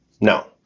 No